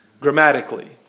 grammatically